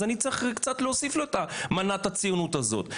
אז אני צריך קצת להוסיף לו את מנת הציונות הזאת.